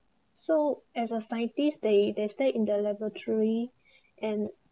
so as a scientist they they stay in the laboratory and